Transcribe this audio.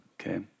Okay